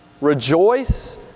Rejoice